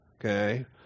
okay